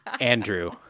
Andrew